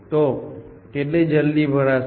તો કેટલી જલ્દી ભરાશે